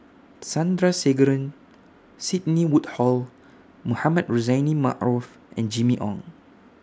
Sandrasegaran Sidney Woodhull Mohamed Rozani Maarof and Jimmy Ong